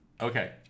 Okay